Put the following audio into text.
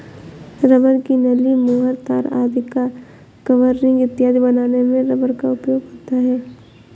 rubber की नली, मुहर, तार आदि का कवरिंग इत्यादि बनाने में रबर का उपयोग होता है